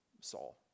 Saul